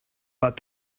but